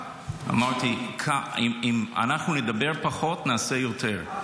--- אמרתי: אם אנחנו נדבר פחות, נעשה יותר.